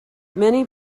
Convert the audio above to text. many